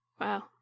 wow